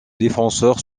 défenseur